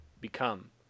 become